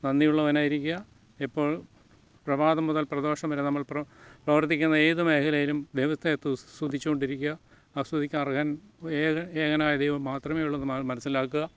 നന്ദിയുള്ളവനായിരിക്കുക എപ്പോൾ പ്രഭാതം മുതൽ പ്രദോഷംവരെ നമ്മൾ പ്രവർത്തിക്കുന്ന ഏത് മേഖലയിലും ദൈവത്തെ സ്തുതിച്ചുകൊണ്ടിരിക്കുക ആസ്വദയ്ക്ക് അർഹൻ ഏത് ഏകനായ ദൈവം മാത്രമേയുള്ളെന്ന് മനസ്സിലാക്കുക